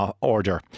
order